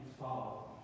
follow